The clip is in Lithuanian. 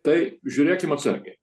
tai žiūrėkim atsargiai